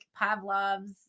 Pavlov's